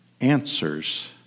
answers